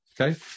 Okay